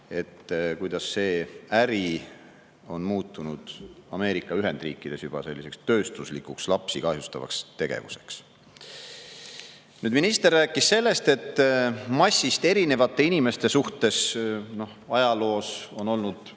–, kuidas see äri on muutunud Ameerika Ühendriikides juba selliseks tööstuslikuks lapsi kahjustavaks tegevuseks. Minister rääkis sellest, et massist erinevatesse inimestesse on ajaloos olnud